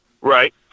Right